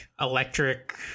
electric